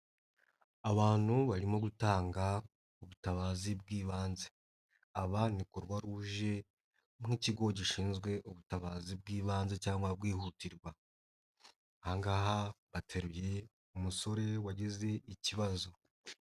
Abantu barimo gutanga ubutabazi bw'ibanze, aba ni Croix Rouge nk'ikigo gishinzwe ubutabazi bw'ibanze cyangwa kwihutirwa, aha ngaha bateruye umusore wagize ikibazo.